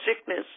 sickness